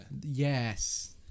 yes